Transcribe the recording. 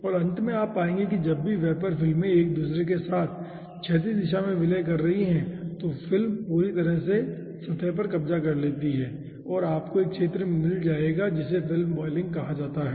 और अंत में आप पाएंगे कि जब भी यह वेपर फिल्में एक दूसरे के साथ क्षैतिज दिशा में विलय कर रही हैं तो फिल्म पूरी सतह पर कब्जा कर लेती है और आपको एक क्षेत्र मिल जाएगा जिसे फिल्म बॉयलिंग कहा जाता है